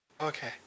Okay